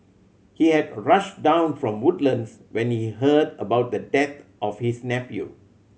he had rushed down from Woodlands when he heard about the death of his nephew